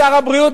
לשר הבריאות.